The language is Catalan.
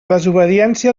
desobediència